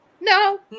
no